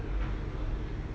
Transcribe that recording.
ஆமா:aamaa